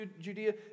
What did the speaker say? Judea